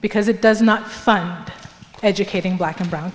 because it does not fund educating black and brown